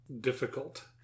difficult